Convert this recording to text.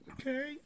Okay